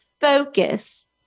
focus